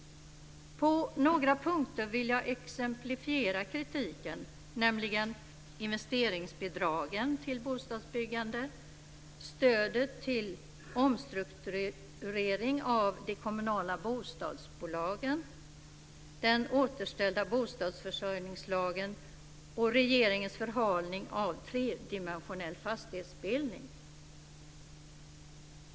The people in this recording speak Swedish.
På några punkter vill jag exemplifiera kritiken, nämligen beträffande investeringsbidragen till bostadsbyggande, stödet till omstrukturering av de kommunala bostadsbolagen, den återställda bostadsförsörjningslagen och regeringens förhalning av tredimensionell fastighetsbildning.